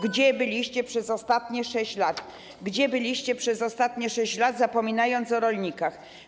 Gdzie byliście przez ostatnie 6 lat, gdzie byliście przez ostanie 6 lat, kiedy zapominaliście o rolnikach?